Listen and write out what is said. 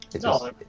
No